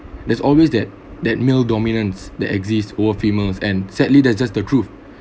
there's always that that male dominance that exist over females and sadly there's just the truth